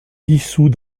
dissout